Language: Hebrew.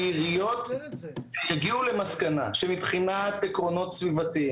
כי עיריות הגיעו למסקנה שמבחינת עקרונות סביבתיים